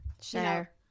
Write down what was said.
sure